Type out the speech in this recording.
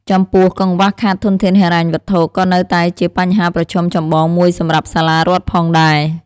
ចំពោះ កង្វះខាតធនធានហិរញ្ញវត្ថុ ក៏នៅតែជាបញ្ហាប្រឈមចម្បងមួយសម្រាប់សាលារដ្ឋផងដែរ។